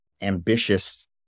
ambitious